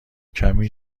کمی